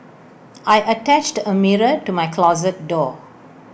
I attached A mirror to my closet door